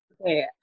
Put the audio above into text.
Okay